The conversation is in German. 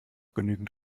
genügend